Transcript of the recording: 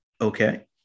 Okay